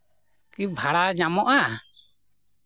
ᱠᱤ ᱵᱷᱟᱲᱟ ᱧᱟᱢᱚᱜᱼᱟ